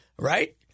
Right